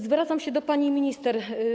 Zwracam się do pani minister.